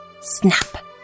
Snap